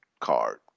card